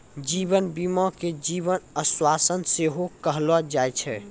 जीवन बीमा के जीवन आश्वासन सेहो कहलो जाय छै